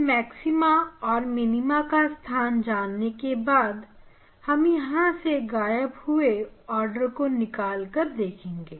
अब मैक्सिमा और मिनीमा का स्थान जाने के बाद हम यहां से गायब हुए आर्डर को निकाल कर देखेंगे